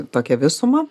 tokią visumą